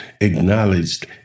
acknowledged